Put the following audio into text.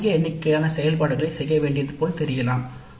பல செயல்முறை தேவைப்படும் எனக் கருதலாம்